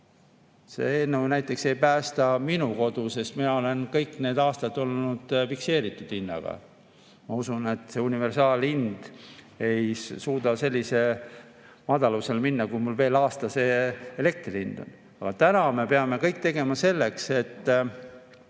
ei päästa minu kodu, sest mina olen kõik need aastad olnud fikseeritud hinnaga. Ma usun, et see universaal[teenuse] hind ei suuda nii madalale minna, kui mul veel aasta jagu elektri hind on. Aga täna me peame kõik tegema selleks, et